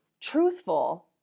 truthful